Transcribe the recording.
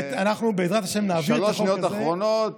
שלוש שניות אחרונות.